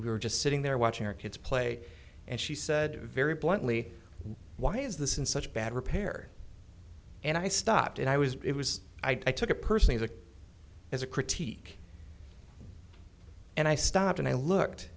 we were just sitting there watching our kids play and she said very bluntly why is this in such bad repair and i stopped and i was it was i took it personally as a critique and i stopped and i looked